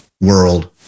world